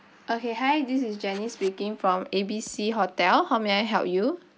okay hi this is janice speaking from A B C hotel how may I help you